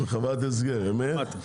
חוות הסגר אמת,